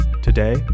Today